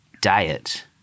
diet